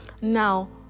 now